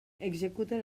executen